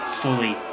fully